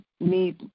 need